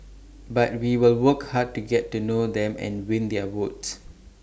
but we will work hard to get to know them and win their votes